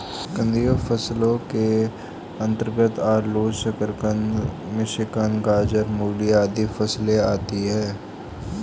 कंदीय फसलों के अंतर्गत आलू, शकरकंद, मिश्रीकंद, गाजर, मूली आदि फसलें आती हैं